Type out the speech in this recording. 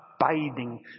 abiding